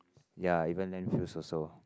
ya even land fields also